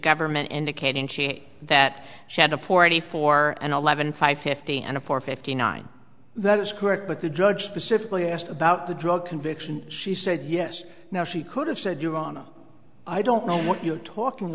government indicating that she had a forty four and eleven five fifty and a four fifty nine that is correct but the judge specifically asked about the drug conviction she said yes now she could have said your honor i don't know what you're talking